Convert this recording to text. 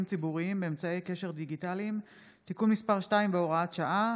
ציבוריים באמצעי קשר דיגיטליים (תיקון מס' 2 והוראת שעה),